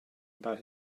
about